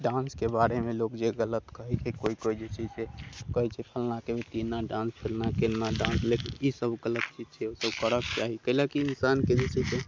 डांसके बारेमे लोक जे गलत कहैत छै केओ केओ जे छै से कहैत छै फलनाके बेटी एना डांस चिलनाके एना डांस लेकिन ई सब गलत चीज छियै ओ सब करऽके चाही कयलाकि इन्सानके जे छै से